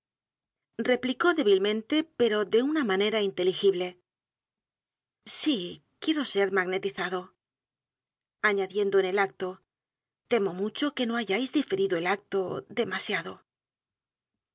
replicó débilmente pero de una manera inteligible sí quiero ser magnetizado añadiendo en el acto temo mucho que no hayáis diferido el acto demasiado